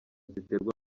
ziterwa